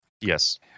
Yes